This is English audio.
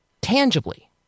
Tangibly